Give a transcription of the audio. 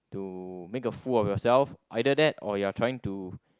to make of fool of yourself either that or you are trying to